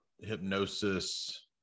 hypnosis